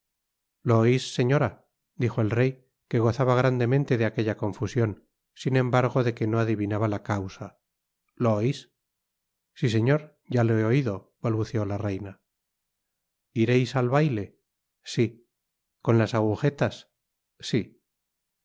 lo ois señora dijo el rey que gozaba grandemente de aquella confusion sin embargo de que no adivinaba la causa lo ois si señor ya lo he oido balbuceó la reina ireis al baile si con las agujetas si la